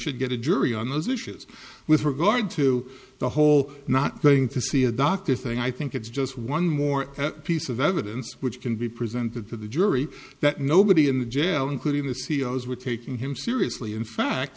should get a jury on those issues with regard to the whole not going to see a doctor thing i think it's just one more piece of evidence which can be presented to the jury that nobody in the jail including the c i was were taking him seriously in fact